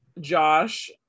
Josh